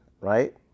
right